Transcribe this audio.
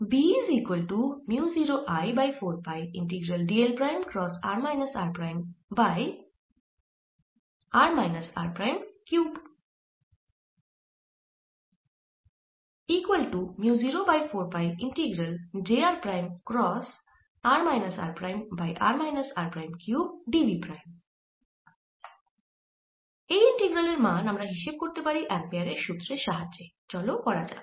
এই ইন্টিগ্রালের মান আমরা হিসেব করতে পারি অ্যাম্পেয়ারের সুত্রের সাহায্যে চলো করা যাক